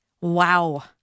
Wow